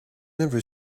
never